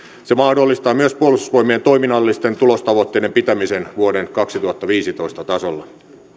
se mahdollistaa myös puolustusvoimien toiminnallisten tulostavoitteiden pitämisen vuoden kaksituhattaviisitoista tasolla